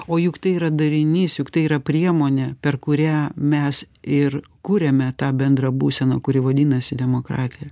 o juk tai yra darinys juk tai yra priemonė per kurią mes ir kuriame tą bendrą būseną kuri vadinasi demokratija